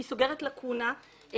היא סוגרת לקונה לתפיסתנו,